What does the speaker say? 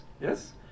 Yes